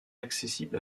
accessible